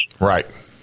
Right